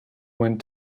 went